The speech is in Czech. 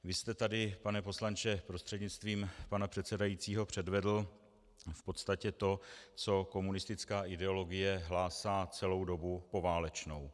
Vy jste tady, pane poslanče prostřednictvím pana předsedajícího, předvedl v podstatě to, co komunistická ideologie hlásá celou dobu poválečnou.